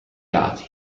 lati